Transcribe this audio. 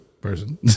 person